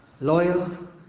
Loyal